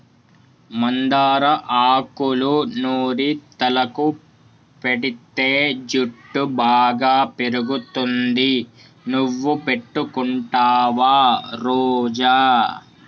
మందార ఆకులూ నూరి తలకు పెటితే జుట్టు బాగా పెరుగుతుంది నువ్వు పెట్టుకుంటావా రోజా